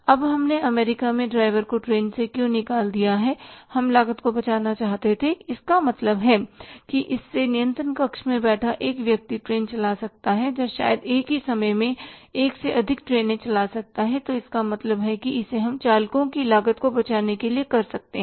अब हमने अमेरिका में ड्राइवर को ट्रेन से क्यों निकाल दिया है हम लागत को बचाना चाहते थे इसका मतलब है कि इससे नियंत्रण कक्ष में बैठा एक व्यक्ति ट्रेन चला सकता है या शायद एक ही समय में एक से अधिक ट्रेनें चला सकता है तो इसका मतलब है कि इसे हम चालकों की लागत बचाने के लिए कर सकते हैं